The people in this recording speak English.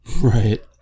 Right